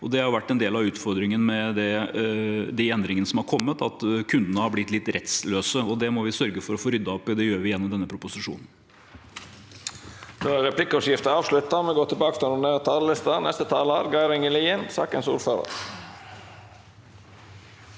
Det har vært en del av utfordringen med de endringene som har kommet, at kundene har blitt litt rettsløse. Det må vi sørge for å få ryddet opp i, og det gjør vi gjennom denne proposisjonen.